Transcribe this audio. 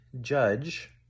judge